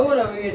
ya